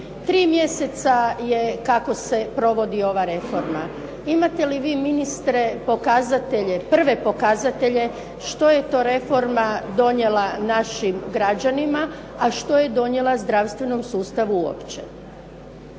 Tri mjeseca je kako se provodi ova reforma. Imate li vi ministre pokazatelje, prve pokazatelje što je to reforma donijela našim građanima, a što je donijela zdravstvenom sustavu uopće?